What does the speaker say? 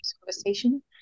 conversation